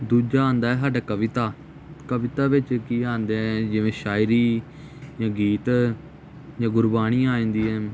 ਦੂਜਾ ਆਉਂਦਾ ਸਾਡਾ ਕਵਿਤਾ ਕਵਿਤਾ ਵਿੱਚ ਕੀ ਆਉਂਦਾ ਹੈ ਜਿਵੇਂ ਸ਼ਾਇਰੀ ਜਾਂ ਗੀਤ ਜਾਂ ਗੁਰਬਾਣੀ ਆ ਜਾਂਦੀ ਹੈ